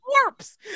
corpse